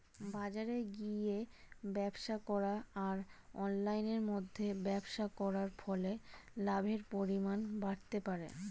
বাজারে গিয়ে ব্যবসা করা আর অনলাইনের মধ্যে ব্যবসা করার ফলে লাভের পরিমাণ বাড়তে পারে?